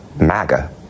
MAGA